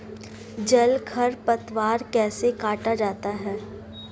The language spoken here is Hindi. जल खरपतवार कैसे काटा जाता है?